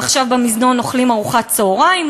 הם עכשיו במזנון, אוכלים ארוחת צהריים?